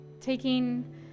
taking